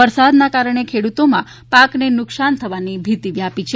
વરસાદના કારણે ખેડૂતોમાં પાકને નુકસાન થવાની ભીતી વ્યાપી છે